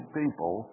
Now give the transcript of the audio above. people